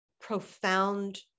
profound